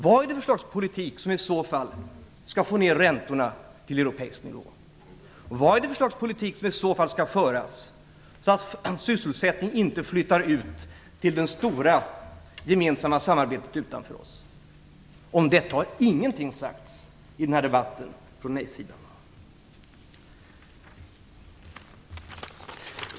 Vad är det för slags politik som i så fall skall få ner räntorna till europeisk nivå? Vad är det för slags politik som skall föras så att sysselsättningen inte flyttar ut till det stora gemensamma samarbete som vi står utanför? I den här debatten har nej-sidan inte sagt någonting om det.